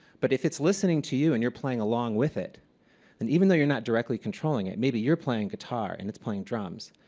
but if it's listening to you and you're playing along with it and even though you're not directly controlling it, maybe you're playing guitar and it's playing drums,